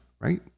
right